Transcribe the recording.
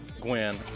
Gwen